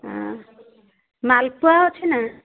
ହଁ ମାଲପୁଆ ଅଛି ନା